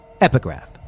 Epigraph